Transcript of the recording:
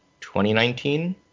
2019